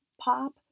pop